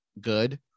good